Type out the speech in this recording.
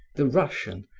the russian,